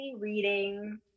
reading